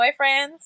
Boyfriends